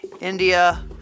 India